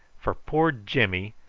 for poor jimmy,